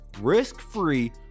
risk-free